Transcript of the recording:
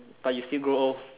but you still grow old